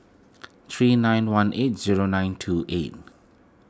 three nine one eight zero nine two eight